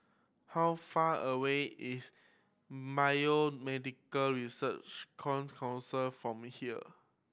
how far away is Research Council from here